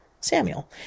Samuel